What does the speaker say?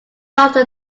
after